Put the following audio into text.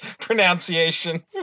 pronunciation